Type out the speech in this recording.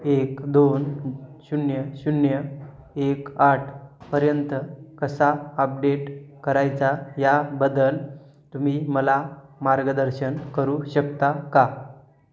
एक दोन शून्य शून्य एक आठपर्यंत कसा अपडेट करायचा याबद्दल तुम्ही मला मार्गदर्शन करू शकता का